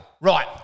Right